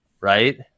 right